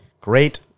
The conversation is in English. Great